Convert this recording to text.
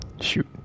Shoot